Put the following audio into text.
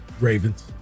Ravens